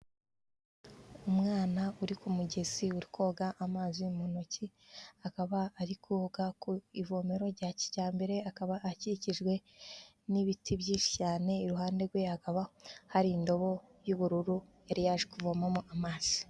Umwana uri ku mugezi uri koga amazi mu ntoki, akaba ari koga ku ivomero rya kijyambere akaba akikijwe n'ibiti byinshi cyane, iruhande rwe hakaba hari indobo y'ubururu yari yaje kuvomamo amazi.